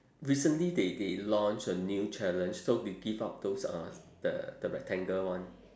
recently they they launch a new challenge so they give out those uh the the rectangle one